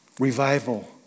Revival